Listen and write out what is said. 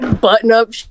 button-up